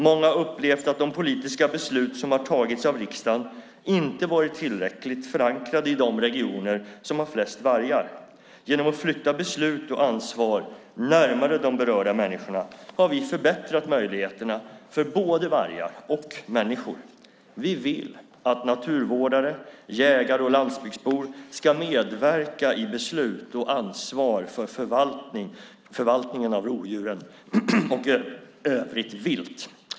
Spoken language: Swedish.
Många har upplevt att de politiska beslut som har fattats av riksdagen inte har varit tillräckligt förankrade i de regioner som har flest vargar. Genom att flytta beslut och ansvar närmare de berörda människorna har vi förbättrat möjligheterna för både vargar och människor. Vi vill att naturvårdare, jägare och landsbygdsbor ska medverka i beslut och ansvar för förvaltningen av rovdjuren och övrigt vilt.